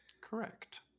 correct